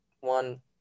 one